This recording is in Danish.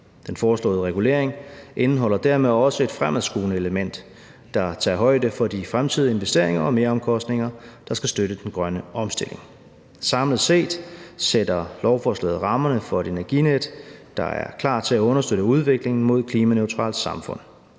Den foreslåede regulering indeholder dermed også et fremadskuende element, der tager højde for de fremtidige investeringer og meromkostninger, der skal støtte den grønne omstilling. Samlet set sætter lovforslaget rammerne for et Energinet, der er klar til at understøtte udviklingen mod et klimaneutralt samfund.